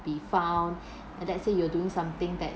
be found let's say you're doing something that